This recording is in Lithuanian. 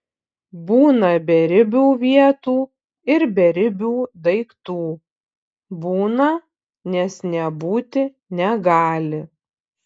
būna beribių vietų ir beribių daiktų būna nes nebūti negali